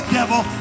devil